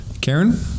Karen